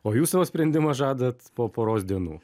o jūs savo sprendimą žadat po poros dienų